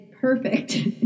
perfect